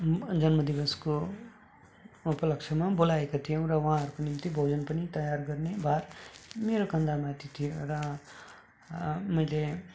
जन्म दिवसको उपलक्ष्यमा बोलाएको थियौँ र उहाँहरूको निम्ति भोजन पनि तयार गर्ने वा मेरो कन्धा माथि थियो र मैले